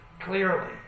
clearly